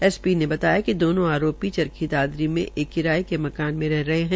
SP ने बताया कि दोनो आरोपी चरखी दादरी में एक किराए के मकान में रह रहे हैं